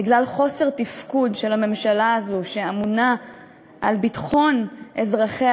בגלל חוסר תפקוד של הממשלה הזו שאמונה על ביטחון אזרחיה,